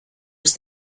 was